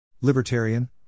Libertarian